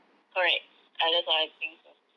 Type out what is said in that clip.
correct ah that's what I think so